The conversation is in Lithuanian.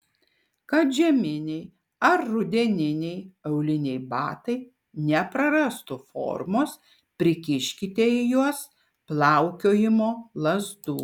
kad žieminiai ar rudeniniai auliniai batai neprarastų formos prikiškite į juos plaukiojimo lazdų